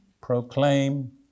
proclaim